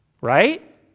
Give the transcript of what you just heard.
right